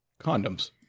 condoms